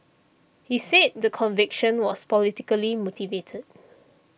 he said the conviction was politically motivated